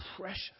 precious